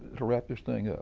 wrap this thing up.